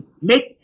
make